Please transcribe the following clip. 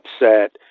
upset